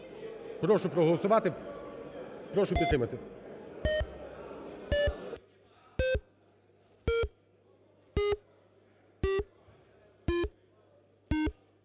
Прошу проголосувати, прошу підтримати.